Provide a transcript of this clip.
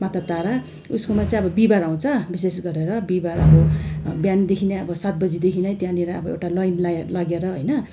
माता तारा उसकोमा चाहिँ अब बिहिबार आउँछ विशेष गरेर बिहिबार अब बिहानदेखि नै अब सात बजेदेखि नै त्यहाँनिर अब एउटा लाइन लाइन लागेर होइन